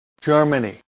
Germany